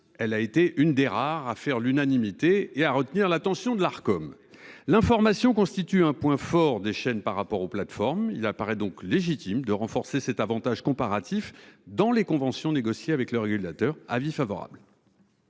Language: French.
Elle a été une des rares à faire l'unanimité et à retenir l'attention de l'Arcom. L'information constitue un point fort des chaînes par rapport aux plateformes. C'est vrai ! Il apparaît donc légitime de renforcer cet avantage comparatif dans les conventions négociées avec le régulateur. Quel